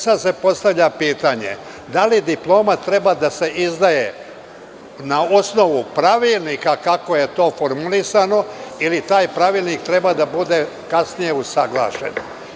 Sada se postavlja pitanje – da li diploma treba da se izdaje na osnovu pravilnika, kako je to formulisano, ili taj pravilnik treba da bude kasnije usaglašen?